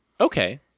Okay